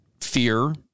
fear